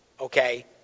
okay